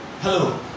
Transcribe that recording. Hello